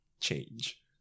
change